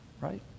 right